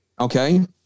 Okay